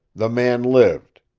the man lived.